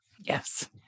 Yes